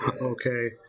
Okay